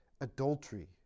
adultery